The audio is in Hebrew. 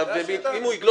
את לא מנהלת את הדיון פה.